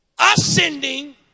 ascending